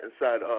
inside –